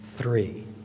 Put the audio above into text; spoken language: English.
three